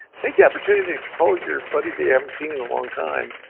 take the opportunity to call your buddies that you haven't seen in a long time.